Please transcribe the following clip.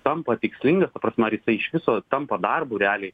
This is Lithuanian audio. tampa tikslingas ta prasme ar jisai iš viso tampa darbu realiai